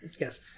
Yes